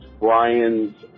Brian's